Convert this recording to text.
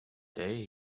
day